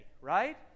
right